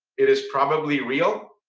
it is probably real.